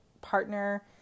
partner